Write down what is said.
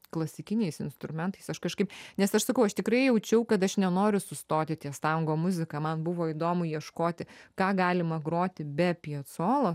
klasikiniais instrumentais aš kažkaip nes aš sakau aš tikrai jaučiau kad aš nenoriu sustoti ties tango muzika man buvo įdomu ieškoti ką galima groti be piecolo